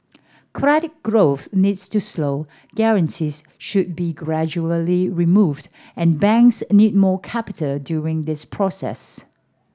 credit growth needs to slow guarantees should be gradually removed and banks need more capital during this process